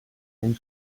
and